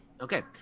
Okay